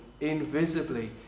invisibly